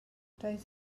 doedd